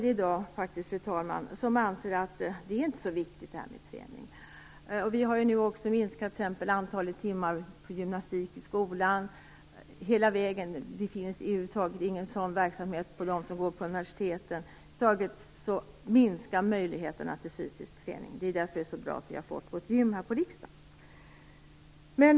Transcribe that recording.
Fru talman! Det är i dag många som anser att fysisk träning inte är så viktig. Vi har minskat antalet timmar för gymnastik i skolan, och det finns ingen motsvarande verksamhet för dem som studerar vid universiteten. Över huvud taget minskar möjligheterna till fysisk träning. Därför är det bra att vi har fått vårt gym här på riksdagen.